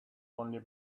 only